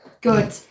good